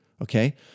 okay